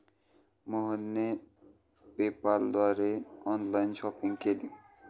मोहनने पेपाल द्वारे online shopping केली